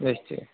নিশ্চয়ই